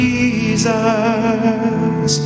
Jesus